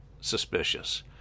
suspicious